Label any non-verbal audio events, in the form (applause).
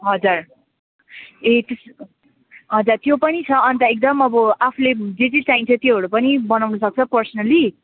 हजुर ए (unintelligible) हजुर त्यो पनि छ अन्त एकदम अब आफूले जे जे चाहिन्छ त्योहरू पनि बनाउनु सक्छ पर्सनली